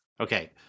Okay